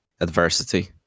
Adversity